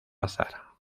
bazar